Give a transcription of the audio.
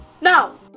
now